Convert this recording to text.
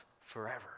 forever